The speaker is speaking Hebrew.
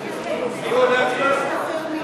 לא אחרי ההצבעה,